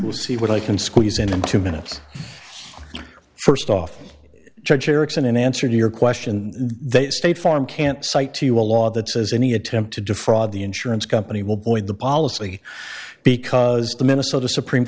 lawyer see what i can squeeze in two minutes first off judge erickson in answer to your question they state farm can't cite to a law that says any attempt to defraud the insurance company will boyd the policy because the minnesota supreme